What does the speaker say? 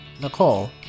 Nicole